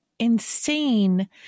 insane